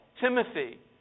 Timothy